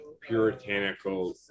puritanical